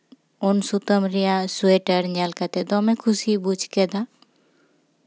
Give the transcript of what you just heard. ᱩᱞ ᱥᱩᱛᱟᱹᱢ ᱨᱮᱭᱟᱜ ᱥᱳᱭᱮᱴᱟᱨ ᱧᱮᱞ ᱠᱟᱛᱮᱫ ᱫᱚᱢᱮ ᱠᱩᱥᱤᱭ ᱵᱩᱡᱽ ᱠᱮᱫᱟ